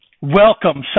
welcome